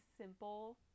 simple